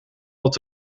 dat